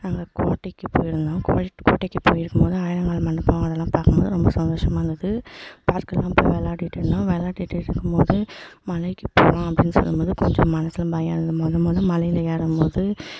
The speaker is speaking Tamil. நாங்கள் கோட்டைக்கு போய்ருந்தோம் கோட்டைக்கு போய்ருக்கும்போது ஆயிரங்கால் மண்டபம் அதெல்லாம் பார்க்கும்போது ரொம்ப சந்தோஷமா இருந்தது பார்க்குலலாம் போய் விளையாடிட்டு இருந்தோம் விளையாடிட்டு இருக்கும்போது மலைக்கு போவோம் அப்படின்னு சொல்லும்போது கொஞ்சம் மனசில் பயம் இருந்தது மொதல் மொதல் மலையில் ஏறும்போது